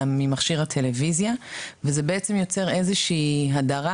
ממכשיר הטלוויזיה וזה בעצם יוצר איזושהי הדרה